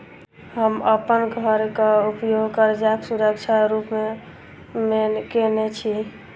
हम अप्पन घरक उपयोग करजाक सुरक्षा रूप मेँ केने छी